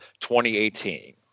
2018